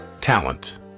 talent